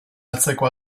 atzeko